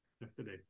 Yesterday